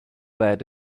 bet